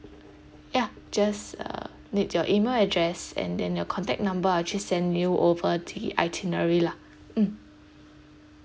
ya just uh need your email address and then your contact number I'll actually send you over the itinerary lah mm